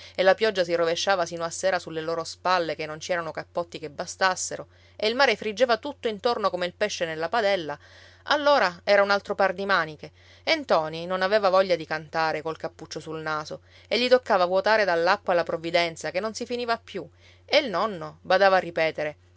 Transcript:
e la pioggia si rovesciava sino a sera sulle loro spalle che non ci erano cappotti che bastassero e il mare friggeva tutto intorno come il pesce nella padella allora era un altro par di maniche e ntoni non aveva voglia di cantare col cappuccio sul naso e gli toccava vuotare dall'acqua la provvidenza che non si finiva più e il nonno badava a ripetere